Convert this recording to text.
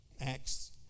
Acts